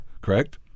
correct